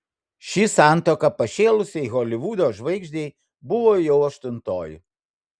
ši santuoka pašėlusiai holivudo žvaigždei buvo jau aštuntoji